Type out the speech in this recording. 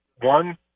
one